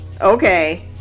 okay